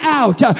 out